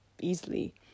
easily